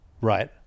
right